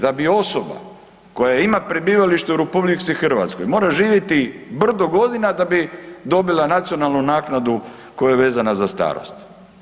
Da bi osoba koja ima prebivalište u RH mora živjeti brdo godina da bi dobila nacionalnu naknadu koja je vezana za starost.